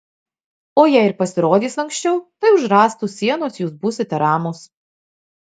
o jei ir pasirodys anksčiau tai už rąstų sienos jūs būsite ramūs